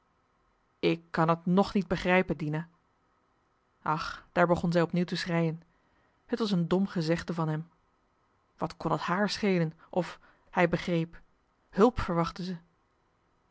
ik kan t nog niet begrijpen dina ach daar begon zij opnieuw te schreien het was een dom gezegde van hem wat kon t haar schelen of hij begreep hulp verwachtte ze